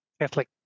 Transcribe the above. Catholic